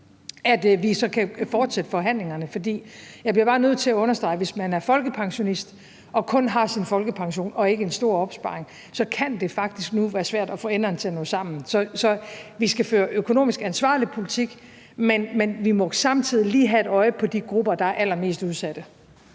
så kan fortsætte forhandlingerne. For jeg bliver bare nødt til at understrege, at det, hvis man er folkepensionist og kun har sin folkepension og ikke en stor opsparing, så faktisk nu kan være svært at få enderne til at nå sammen. Så vi skal føre en økonomisk ansvarlig politik, men vi må samtidig lige have et øje på de grupper, der er allermest udsatte.